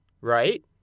right